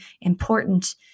important